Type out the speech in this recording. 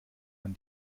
man